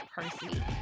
Percy